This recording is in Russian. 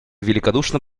великодушно